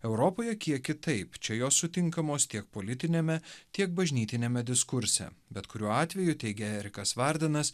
europoje kiek kitaip čia jos sutinkamos tiek politiniame tiek bažnytiniame diskurse bet kuriuo atveju teigia erikas vardenas